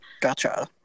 gotcha